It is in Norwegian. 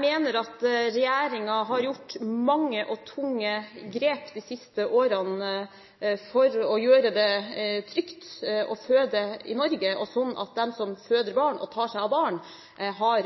mener at regjeringen har gjort mange og tunge grep de siste årene for å gjøre det trygt å føde i Norge, sånn at de som føder barn og tar seg av barn, har